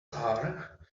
are